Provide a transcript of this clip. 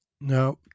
Now